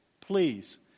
please